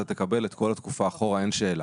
אתה תקבל את כל התקופה אחורה; אין שאלה.